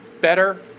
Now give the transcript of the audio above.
better